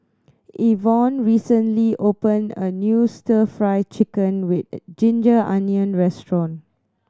Ivonne recently opened a new Stir Fry Chicken with ginger onion restaurant